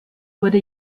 wurde